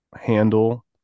handle